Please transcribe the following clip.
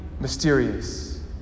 mysterious